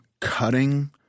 cutting